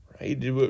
right